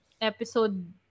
episode